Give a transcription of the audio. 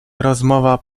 rozmowa